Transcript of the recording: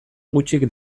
gutxik